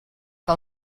que